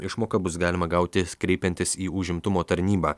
išmoką bus galima gauti kreipiantis į užimtumo tarnybą